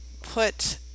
put